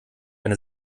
eine